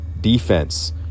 defense